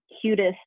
cutest